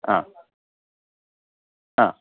ആ ആ